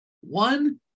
One